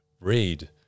read